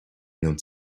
non